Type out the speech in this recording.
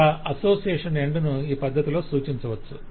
ఇలా association end ను ఈ పద్ధతిలో సూచించవచ్చు